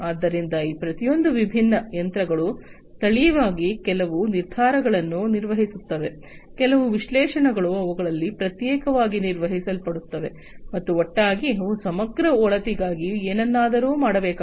ಆದ್ದರಿಂದ ಈ ಪ್ರತಿಯೊಂದು ವಿಭಿನ್ನ ಯಂತ್ರಗಳು ಸ್ಥಳೀಯವಾಗಿ ಕೆಲವು ನಿರ್ಧಾರಗಳನ್ನು ನಿರ್ವಹಿಸುತ್ತವೆ ಕೆಲವು ವಿಶ್ಲೇಷಣೆಗಳು ಅವುಗಳಲ್ಲಿ ಪ್ರತ್ಯೇಕವಾಗಿ ನಿರ್ವಹಿಸಲ್ಪಡುತ್ತವೆ ಮತ್ತು ಒಟ್ಟಾಗಿ ಅವು ಸಮಗ್ರ ಒಳಿತಿಗಾಗಿ ಏನನ್ನಾದರೂ ಮಾಡಬೇಕಾಗುತ್ತದೆ